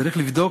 צריך לבדוק